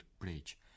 bridge